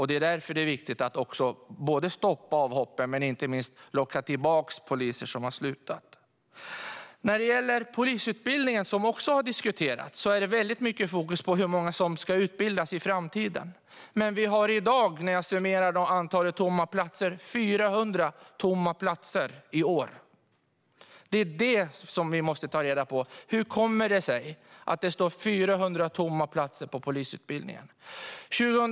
Det är därför det är viktigt att stoppa avhoppen och att inte minst locka tillbaka poliser som har slutat. Polisutbildningen har också diskuterats. Det är väldigt mycket fokus på hur många som ska utbildas i framtiden. Men vi har 400 tomma platser i år. Vi måste ta reda på hur det kommer sig att 400 platser på polisutbildningen står tomma.